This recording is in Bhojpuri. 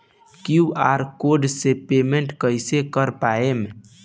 क्यू.आर कोड से पेमेंट कईसे कर पाएम?